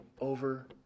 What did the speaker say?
over